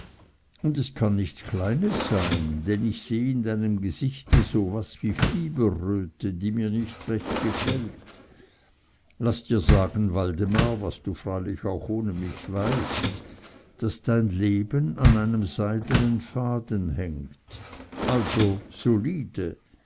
und es kann nichts kleines sein denn ich seh in deinem gesichte so was wie fieberröte die mir nicht recht gefällt laß dir sagen waldemar was du freilich auch ohne mich weißt daß dein leben an einem seidnen faden hängt also solide